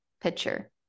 picture